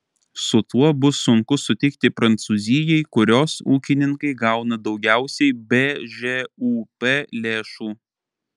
su tuo bus sunku sutikti prancūzijai kurios ūkininkai gauna daugiausiai bžūp lėšų